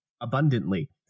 abundantly